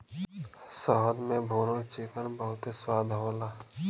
शहद में भुनल चिकन बहुते स्वाद होला